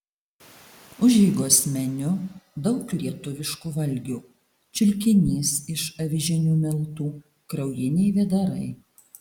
užeigos meniu daug lietuviškų valgių čiulkinys iš avižinių miltų kraujiniai vėdarai